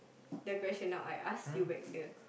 the question now I ask you back the